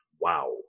Wow